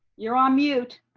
you're on mute.